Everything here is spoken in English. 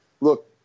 look